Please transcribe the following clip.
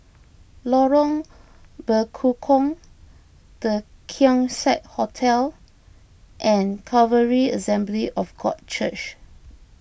Lorong Bekukong the Keong Saik Hotel and Calvary Assembly of God Church